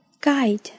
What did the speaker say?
Guide